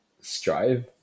strive